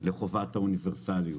לחובת האוניברסליות.